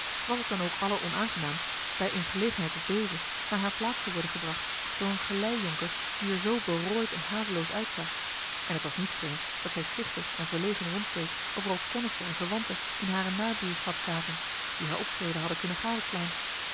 was het dan ook alleronaangenaamst bij eene gelegenheid als deze naar hare plaats te worden gebracht door een gelei jonker die er zoo berooid en haveloos uitzag en het was niet vreemd dat zij schichtig en verlegen rondkeek of er ook kennissen en verwanten in hare nabuurschap zaten die haar optreden hadden kunnen gadeslaan